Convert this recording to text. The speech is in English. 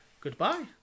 Goodbye